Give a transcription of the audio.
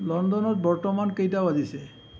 লণ্ডনত বর্তমান কেইটা বাজিছে